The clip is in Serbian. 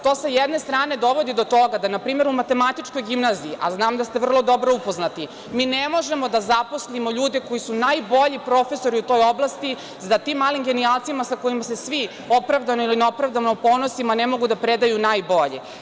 To sa jedne strane dovodi do toga da npr. u Matematičkoj gimnaziji, a znam da ste vrlo dobro upoznati, mi ne možemo da zaposlimo ljude koji su najbolji profesori u toj oblasti, zar tim malim genijalcima sa kojima se svi opravdano ili neopravdano ponosimo, ne mogu da predaju najbolji?